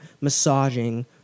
massaging